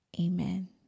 amen